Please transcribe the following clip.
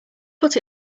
put